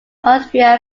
austria